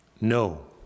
No